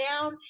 down